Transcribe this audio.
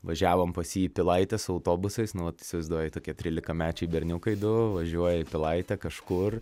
važiavom pas jį į pilaitę su autobusais įsivaizduoji tokie trylikamečiai berniukai du važiuoja į pilaitę kažkur